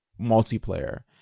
multiplayer